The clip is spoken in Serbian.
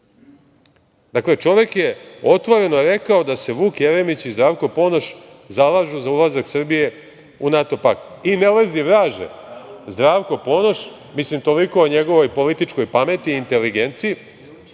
centar? Čovek je otvoreno rekao da se Vuk Jeremić i Zdravko Ponoš zalažu za ulazak Srbije u NATO pakt. I ne leži vraže, Zdravko Ponoš, mislim toliko o njegovoj političkoj pameti i inteligenciji,